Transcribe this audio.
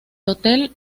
hotel